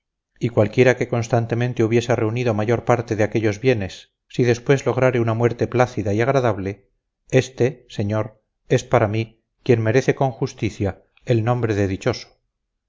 y cualquiera que constantemente hubiese reunido mayor parte de aquellos bienes si después lograre una muerte plácida y agradable éste señor es para mí quien merece con justicia el nombre de dichoso